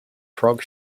prog